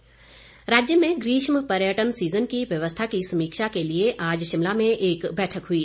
पर्यटन राज्य में ग्रीष्म पर्यटन सीजन की व्यवस्था की समीक्षा के लिए आज शिमला में एक बैठक हुई